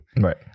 Right